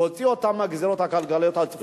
תוציאו אותם מהגזירות הכלכליות הצפויות.